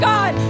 God